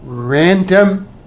Random